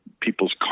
people's